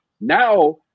now